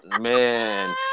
Man